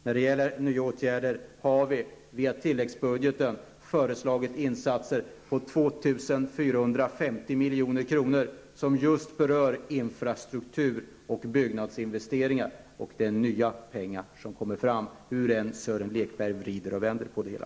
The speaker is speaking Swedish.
När det gäller nya åtgärder har vi via tilläggsbudgeten föreslagit insatser på 2 450 milj.kr. som just berör infrastruktur och byggnadsinvesteringar. Det är nya pengar som kommer fram, hur än Sören Lekberg vrider och vänder på det hela.